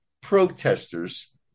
protesters